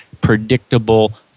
predictable